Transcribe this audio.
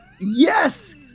yes